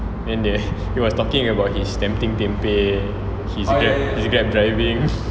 then he was talking about his tempting tempeh his Grab his Grab driving